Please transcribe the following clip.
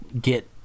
get